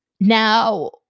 now